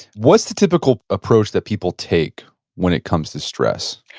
what's the typical approach that people take when it comes to stress?